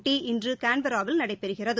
போட்டி இன்றுகான்கராவில் நடைபெறுகிறது